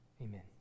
Amen